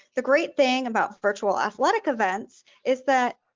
the great thing about virtual athletic events is that